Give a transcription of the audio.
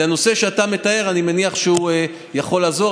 לנושא שאתה מתאר אני מניח שהוא יכול לעזור,